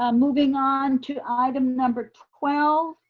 um moving on to item number twelve,